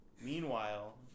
Meanwhile